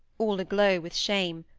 all aglow with shame,